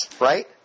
right